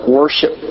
worship